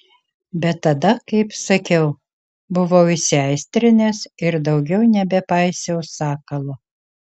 bet tada kaip sakiau buvau įsiaistrinęs ir daugiau nebepaisiau sakalo